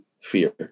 fear